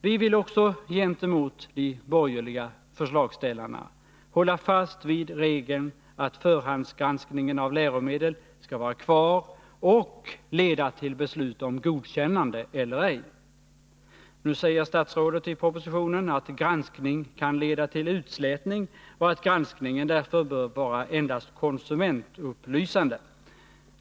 Vi vill också gentemot de borgerliga förslagsställarna hålla fast vid regeln att förhandsgranskningen av läromedel skall vara kvar och leda till beslut om Vissa läromedels Nu säger statsrådet i propositionen att granskning kan leda till utslätning och att granskningen därför bör vara endast konsumentupplysande.